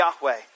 Yahweh